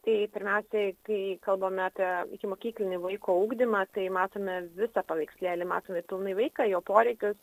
tai pirmiausiai kai kalbame apie ikimokyklinį vaiko ugdymą tai matome visą paveikslėlį matome pilnai vaiką jo poreikius